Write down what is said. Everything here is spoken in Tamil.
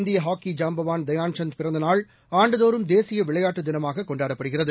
இந்திய ஹாக்கி ஜாம்பவான் தயான்சந்த் பிறந்தநாள் ஆண்டுதோறும் தேசிய விளையாட்டு தினமாக கொண்டாடப்படுகிறது